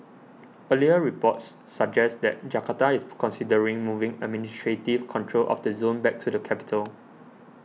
earlier reports suggest that Jakarta is considering moving administrative control of the zone back to the capital